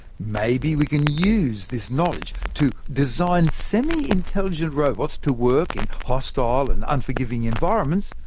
maybe we can use this knowledge to design semi-intelligent robots to work in hostile and unforgiving environments,